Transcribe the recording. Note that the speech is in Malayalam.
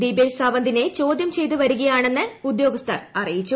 ദീപേഷ് സാവന്തിനെ ചോദ്യം ചെയ്ത് വരികയാണെന്ന് ഉദ്യോഗസ്ഥർ അറിയിച്ചു